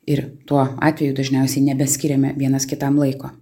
ir tuo atveju dažniausiai nebeskiriame vienas kitam laiko